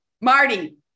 Marty